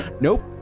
nope